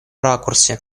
ракурсе